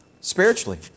Spiritually